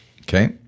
Okay